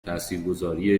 تاثیرگذاری